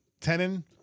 tenon